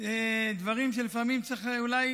דברים שבהם לפעמים צריך אולי